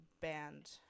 band